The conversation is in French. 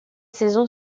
saison